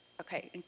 Okay